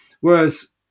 Whereas